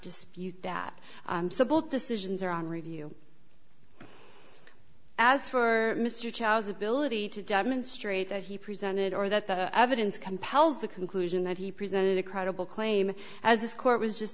dispute that so both decisions are on review as for mr chow's ability to demonstrate that he presented or that the evidence compels the conclusion that he presented a credible claim as this court was just